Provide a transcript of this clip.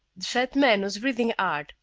the fat man was breathing hard,